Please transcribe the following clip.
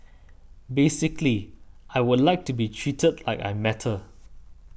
basically I would like to be treated I am matter